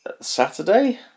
Saturday